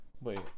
wait